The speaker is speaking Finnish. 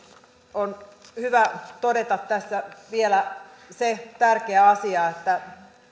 on hyvä todeta tässä vielä se tärkeä asia että